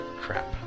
crap